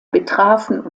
betrafen